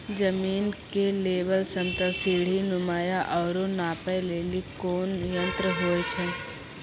जमीन के लेवल समतल सीढी नुमा या औरो नापै लेली कोन यंत्र होय छै?